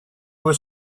were